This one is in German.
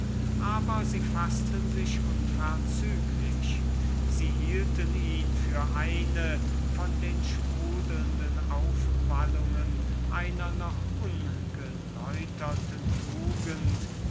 faßten sie sich bald sie hielten ihn für eine von den sprudelnden aufwallungen einer noch ungeläuterten tugend